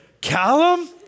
Callum